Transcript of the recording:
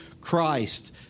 Christ